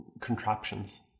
contraptions